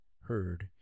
heard